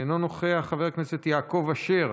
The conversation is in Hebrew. אינו נוכח, חבר הכנסת יעקב אשר,